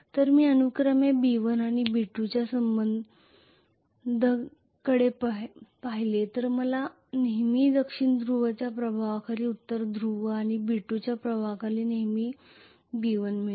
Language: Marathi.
तर मी अनुक्रमे B1 आणि B2 च्या संबद्धतेकडे पाहिले तर मला नेहमी दक्षिण ध्रुवच्या प्रभावाखाली उत्तर ध्रुव आणि B2 च्या प्रभावाखाली नेहमी B1 मिळेल